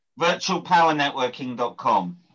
Virtualpowernetworking.com